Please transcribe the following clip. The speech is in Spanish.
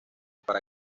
para